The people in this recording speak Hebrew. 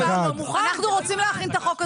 אנחנו רוצים להכין את החוק הזה.